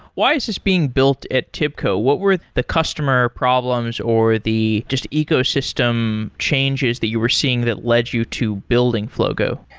why is this being built at tibco? what were the customer problems, or the just ecosystem changes that you were seeing that led you to building flogo?